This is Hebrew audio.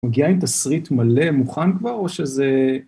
מגיע עם תסריט מלא, ‫מוכן כבר, או שזה...